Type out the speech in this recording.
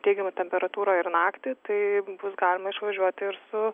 teigiamą temperatūrą ir naktį tai bus galima išvažiuot ir su